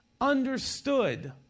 understood